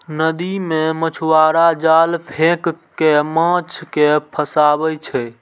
नदी मे मछुआरा जाल फेंक कें माछ कें फंसाबै छै